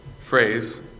phrase